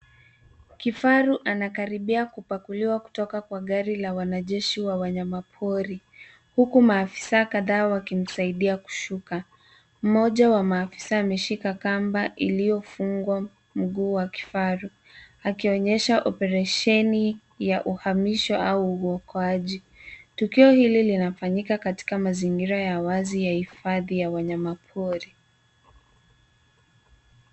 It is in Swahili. Kifaru anakaribia kupakuliwa kutoka kwa gari la wanajeshi wa wanyamapori huku maafisa kadhaa wakimsaidia kushuka. Mmoja wa maafisa ameshika kamba iliyofungwa mguu wa kifaru akionyesha operesheni ya uhamisho au uokoaji. Tukio hili linafanyika katika mazingira ya wazi ya hifadhi ya wanyamapori.